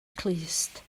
clust